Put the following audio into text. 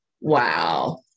wow